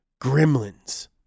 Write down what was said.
gremlins